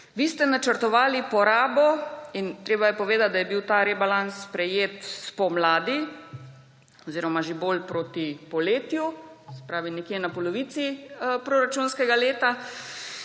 Vi ste načrtovali porabo, in treba je povedati, da je bil ta rebalans sprejet spomladi oziroma že bolj proti poletju, se pravi nekje na polovici proračunskega leta,